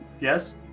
Yes